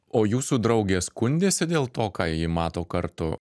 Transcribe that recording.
o jūsų draugė skundėsi dėl to ką ji mato kartu